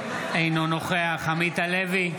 אינו נוכח עמית הלוי,